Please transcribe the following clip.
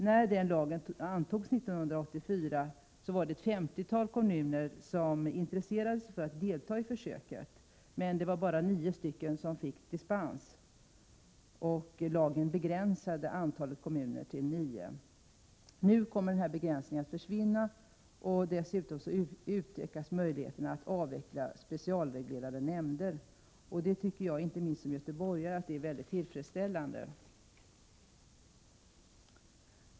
När den lagen antogs 1984 var det ett femtiotal kommuner som intresserade sig för att delta i försöket, men det var bara nio som fick dispens, och lagen begränsade antalet kommuner till nio. Nu kommer denna begränsning att försvinna, och dessutom utökas möjligheterna att avveckla specialreglerade nämnder. Det tycker jag, inte minst som göteborgare, är tillfredsställande.